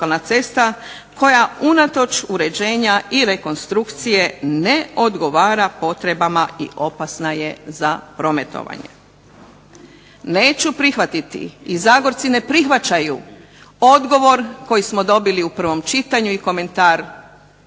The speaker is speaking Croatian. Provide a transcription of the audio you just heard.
koja unatoč uređenja i rekonstrukcije ne odgovara potrebama i opasna je za prometovanje. Neću prihvatiti i Zagorci ne prihvaćaju odgovor koji smo dobili u prvom čitanju i komentar